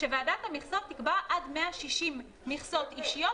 שוועדת המכסות תקבע עד 160 מכסות אישיות